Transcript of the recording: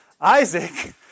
Isaac